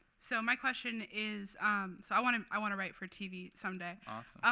so my question is so i want and i want to write for tv someday awesome.